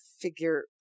figure